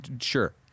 Sure